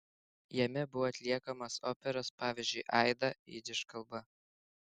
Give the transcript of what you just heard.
jame buvo atliekamos operos pavyzdžiui aida jidiš kalba